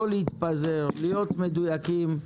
לא להתפזר, להיות מדויקים.